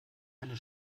eine